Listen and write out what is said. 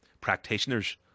practitioners